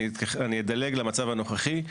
אני אדלג למצב הנוכחי.